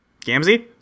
Gamzee